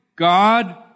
God